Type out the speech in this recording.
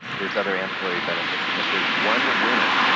there's other ancillary benefits and if there's one winner,